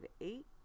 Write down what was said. eight